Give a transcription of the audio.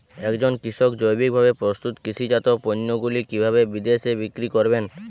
একজন কৃষক জৈবিকভাবে প্রস্তুত কৃষিজাত পণ্যগুলি কিভাবে বিদেশে বিক্রি করবেন?